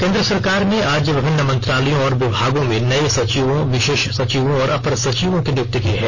केंद्र सरकार ने आज विभिन्न् मंत्रालयों और विभागों में नए सचिवों विशेष सचिवों और अपर सचिवों की नियुक्ति की है